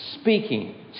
speaking